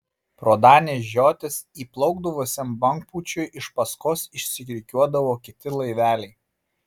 pro danės žiotis įplaukdavusiam bangpūčiui iš paskos išsirikiuodavo kiti laiveliai